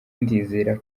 ndizera